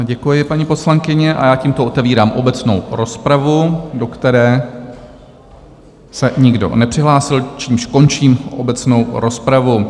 Děkuji, paní poslankyně, a já tímto otevírám obecnou rozpravu, do které se nikdo nepřihlásil, čímž končím obecnou rozpravu.